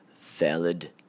Valid